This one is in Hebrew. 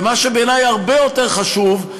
ומה שבעיני הרבה יותר חשוב,